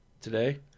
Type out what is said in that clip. Today